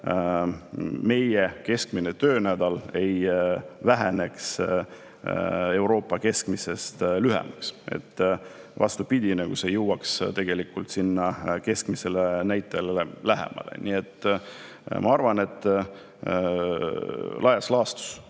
meie keskmine töönädal ei oleks Euroopa keskmisest lühem. Vastupidi, see jõuaks tegelikult keskmisele näitajale lähemale. Nii et ma arvan, et laias laastus